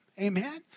Amen